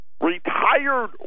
Retired